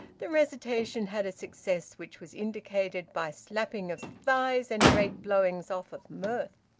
the recitation had a success which was indicated by slappings of thighs and great blowings-off of mirth.